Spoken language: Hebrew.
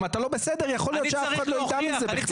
אם אתה לא בסדר יכול להיות שאף אחד לא ידע מזה בכלל.